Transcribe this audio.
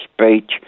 speech